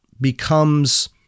becomes